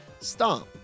Stomp